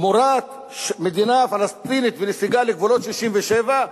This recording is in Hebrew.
שתמורת מדינה פלסטינית ונסיגה לגבולות 67',